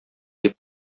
дип